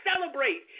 celebrate